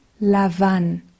lavan